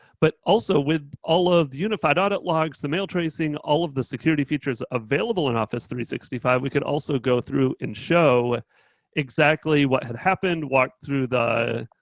but also with all of the unified audit logs, the mail tracing all of the security features available in office three sixty five, we could also go through and show exactly what had happened. walk through the,